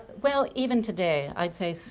well, even today i'd say, so